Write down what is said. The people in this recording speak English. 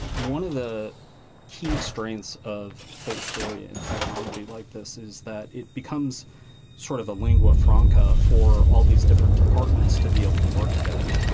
one of the key strengths of fullstory and technology like this is that it becomes sort of a lingua franca for all these different departments to be able to work together.